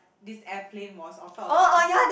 this airplane was on top of another